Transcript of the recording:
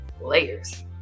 Layers